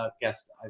guest